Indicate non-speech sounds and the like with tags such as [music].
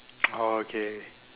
[noise] oh okay